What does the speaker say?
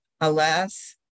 Alas